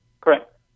Correct